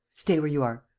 stay where you are,